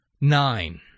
Nine